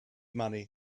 money